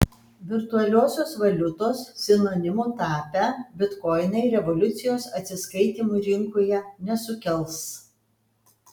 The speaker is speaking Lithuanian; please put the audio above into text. virtualiosios valiutos sinonimu tapę bitkoinai revoliucijos atsiskaitymų rinkoje nesukels